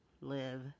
live